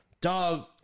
dog